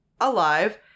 alive